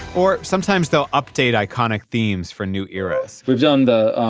or, sometimes they'll update iconic themes for new eras we've done the,